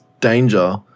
Danger